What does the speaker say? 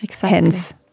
hence